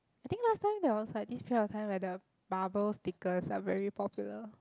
I think last time there was like this period of time where the bubble stickers are very popular